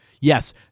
Yes